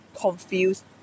confused